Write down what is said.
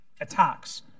attacks